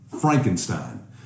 Frankenstein